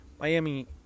miami